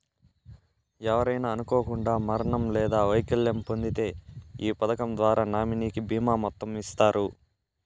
ఎవరైనా అనుకోకండా మరణం లేదా వైకల్యం పొందింతే ఈ పదకం ద్వారా నామినీకి బీమా మొత్తం ఇస్తారు